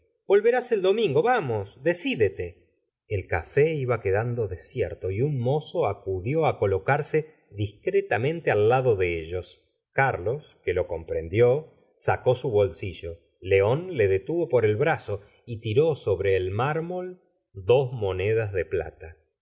volverás el domingo vamos decide te el café iba quedando desierto y un mozo acudió á colocarse discretamente al lado de ellos carlos que lo comprendió sacó su bolsillo león le detuvo por el brazo y tiró sobre el mármol dos monedas de plata